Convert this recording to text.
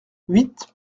huit